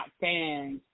fans